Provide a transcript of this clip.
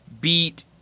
beat